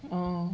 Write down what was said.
嗯